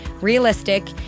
realistic